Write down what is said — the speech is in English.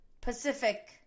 Pacific